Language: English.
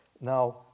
Now